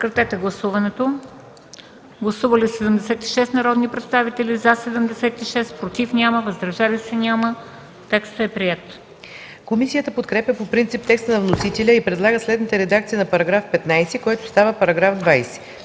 Комисията подкрепя по принцип текста на вносителя и предлага следната редакция на § 21, който става § 22: „§ 22.